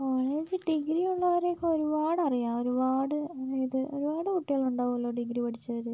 college ഡിഗ്രീയുള്ളോരെയൊക്കെ ഒരുപാടറിയാം ഒരുപാട് ഇത് ഒരുപാട് കുട്ടികളുണ്ടാവല്ലോ ഡിഗ്രി പഠിച്ചവർ